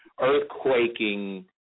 earthquaking